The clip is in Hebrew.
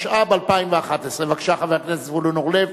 התשע"ב 2011. בבקשה, חבר הכנסת זבולון אורלב.